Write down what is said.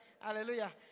Hallelujah